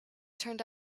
turned